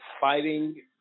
fighting